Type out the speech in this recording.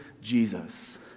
Jesus